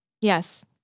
Yes